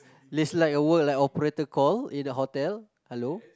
it's like a work like operator call in a hotel hello